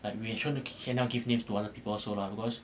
like we try not to a~ anyhow give names to other people also lah because